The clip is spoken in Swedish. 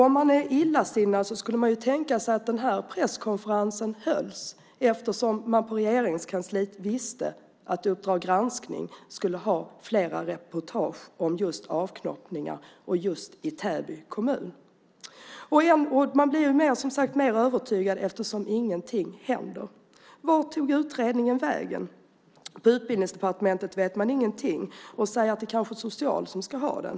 Om man är illasinnad skulle man kunna tänka sig att presskonferensen hölls eftersom de på Regeringskansliet visste att Uppdrag granskning skulle ha flera reportage om just avknoppningar och då just i Täby kommun. Man blir alltmer övertygad eftersom ingenting, som sagt, händer. Vart tog utredningen vägen? På Utbildningsdepartementet vet man ingenting om det. Man säger att det kanske är Socialdepartementet som ska ansvaret för den.